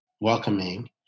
welcoming